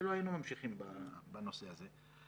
לא היינו ממשיכים בנושא הזה.